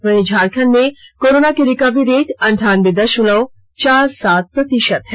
वहीं झारखंड में कोरोना की रिकवरी रेट अनठानबे दशमलव चार सात प्रतिशत है